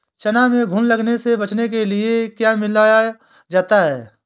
चना में घुन लगने से बचाने के लिए क्या मिलाया जाता है?